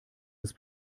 des